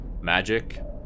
magic